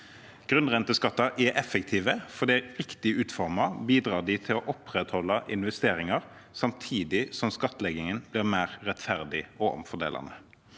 Grunnrenteskatter er effektive, for riktig utformet bidrar de til å opprettholde investeringer samtidig som skattleggingen blir mer rettferdig og omfordelende.